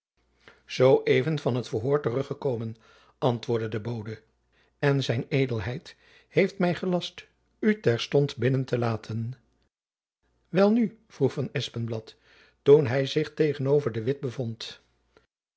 zoo even van het verhoor terug gekomen antwoordde de bode en zed heeft my gelast u terstond binnen te laten welnu vroeg van espenblad toen hy zich tegenover de witt bevond